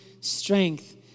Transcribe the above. strength